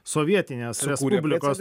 sovietinės respublikos